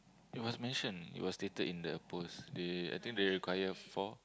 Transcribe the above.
it was mentioned it was stated in the post they I think they require four